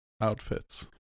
outfits